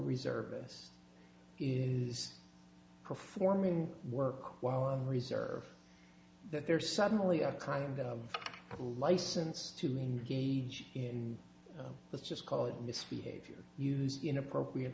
reservist is performing work while on reserve that they're suddenly a kind of a license to mean gauge in let's just call it misbehavior use inappropriate